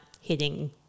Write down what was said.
hitting